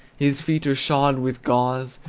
his feet are shod with gauze,